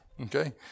Okay